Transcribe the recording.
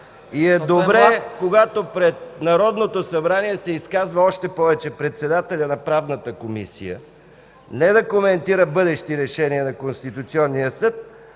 И е добре, когато пред Народното събрание се изказва още повече председателят на Правната комисия, не да коментира бъдещи решения на Конституционния съд,